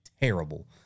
terrible